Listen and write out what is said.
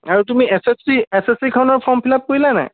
আৰু তুমি S S C S S C খনৰ ফৰ্ম ফিল আপ কৰিলা নাই